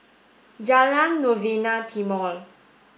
Jalan Novena Timor